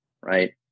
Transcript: right